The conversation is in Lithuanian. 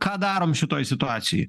ką darom šitoj situacijoj